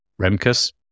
Remkus